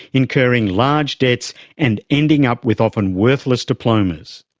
incurring large debts and ending up with often worthless diplomas.